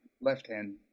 left-hand